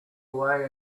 away